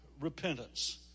Repentance